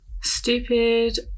Stupid